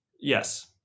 Yes